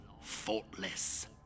faultless